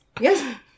Yes